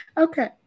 Okay